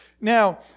Now